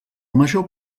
major